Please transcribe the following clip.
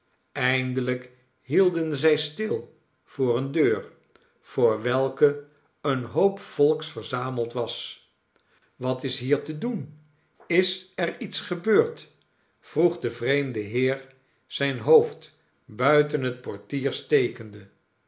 eindelyk hielden zij stil voor eene deur voor welke een hoop volks verzameld was wat is hier te doen is er iets gebeurd vroeg de vreemde heer zijn hoofd buiten het portier stekende